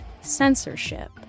censorship